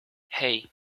hey